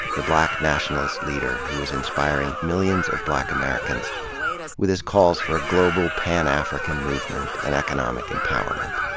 the black nationalist leader who was inspiring millions of black americans with his calls for a global pan-african movement and economic empowerment.